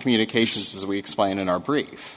communications as we explained in our brief